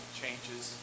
changes